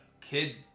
kid